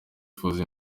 yifuza